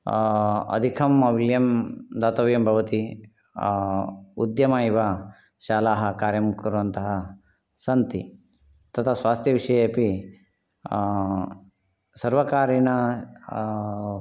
अधिकं मौल्यं दातव्यं भवति उद्यम इव शालाः कार्यं कुर्वन्तः सन्ति तथा स्वास्थ्यविषयेपि सर्वकारेण